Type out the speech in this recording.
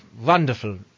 wonderful